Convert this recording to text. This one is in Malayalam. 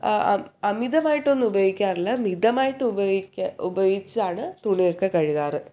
അമിതമായിട്ടൊന്നും ഉപയോഗിക്കാറില്ല മിതമായിട്ടുപയോഗിക്കാൻ ഉപയോഗിച്ചാണ് തുണിയൊക്കെ കഴുകാറ്